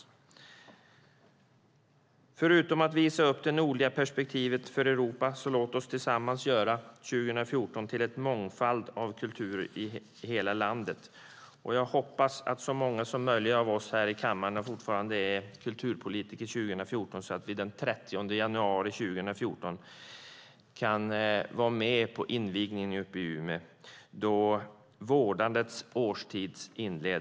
Låt oss tillsammans, förutom att visa upp det nordliga perspektivet för Europa, göra 2014 till ett år av mångfald av kultur i hela landet. Jag hoppas att så många som möjligt av oss här i kammaren fortfarande är kulturpolitiker 2014 så att vi den 30 januari 2014 kan vara med på invigningen uppe i Umeå, då Vårdandets årstid inleds.